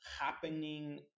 happening